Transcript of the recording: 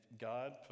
God